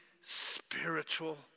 spiritual